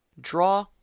draw